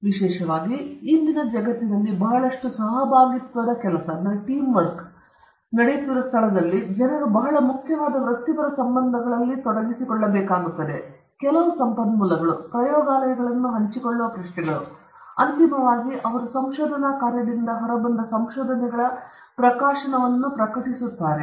ವಿಶೇಷವಾಗಿ ಇಂದಿನ ಜಗತ್ತಿನಲ್ಲಿ ಬಹಳಷ್ಟು ಸಹಭಾಗಿತ್ವದ ಕೆಲಸ ನಡೆಯುತ್ತಿರುವ ಸ್ಥಳದಲ್ಲಿ ಜನರು ಬಹಳ ಮುಖ್ಯವಾದ ವೃತ್ತಿಪರ ಸಂಬಂಧಗಳನ್ನು ತೊಡಗಿಸಿಕೊಳ್ಳಬೇಕಾಗುತ್ತದೆ ಕೆಲವು ಸಂಪನ್ಮೂಲಗಳು ಪ್ರಯೋಗಾಲಯಗಳನ್ನು ಹಂಚಿಕೊಳ್ಳುವ ಪ್ರಶ್ನೆಗಳು ಮತ್ತು ಅಂತಿಮವಾಗಿ ಅವರು ಸಂಶೋಧನಾ ಕಾರ್ಯದಿಂದ ಹೊರಬಂದ ಸಂಶೋಧನೆಗಳ ಪ್ರಕಾಶನವನ್ನು ಪ್ರಕಟಿಸಿವೆ